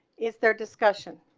is there discussion